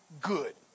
good